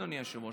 אדוני היושב-ראש,